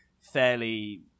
fairly